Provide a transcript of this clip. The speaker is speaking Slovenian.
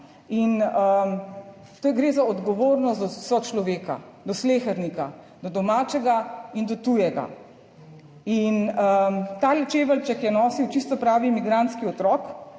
in to gre za odgovornost do sočloveka, do slehernika, do domačega in do tujega. In ta čeveljček je nosil čisto pravi migrantski otrok,